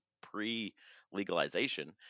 pre-legalization